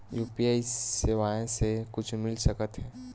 UPI सेवाएं से कुछु मिल सकत हे?